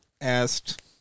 asked